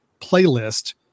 playlist